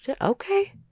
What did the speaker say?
okay